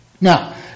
Now